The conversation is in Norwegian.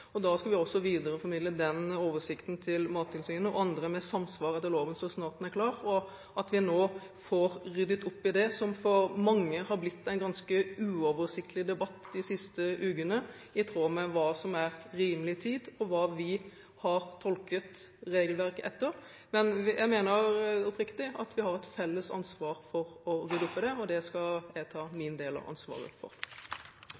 og da skal vi også videreformidle den oversikten til Mattilsynet og andre etater, i samsvar med loven, så snart den er klar. Og jeg håper vi nå får ryddet opp i dette som for mange er blitt en ganske uoversiktlig debatt de siste ukene, i tråd med hva som er «rimelig tid», og hva vi har tolket regelverket etter. Men jeg mener oppriktig at vi har et felles ansvar for å rydde opp i dette, og det skal jeg skal ta